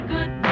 Good